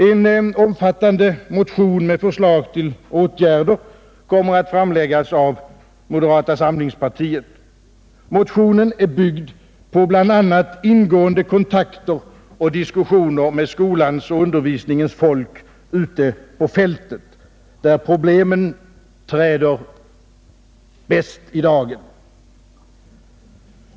En omfattande motion med förslag till åtgärder kommer att framläggas av moderata samlingspartiet. Motionen är byggd på bl.a. ingående kontakter och diskussioner med skolans och undervisningens folk ute på fältet, där problemen bäst kommer i dagen.